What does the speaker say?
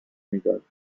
میدانیم